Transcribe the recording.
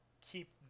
keep